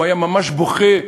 הוא היה ממש בוכה,